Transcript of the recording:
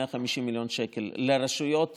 150 מיליון שקל לרשויות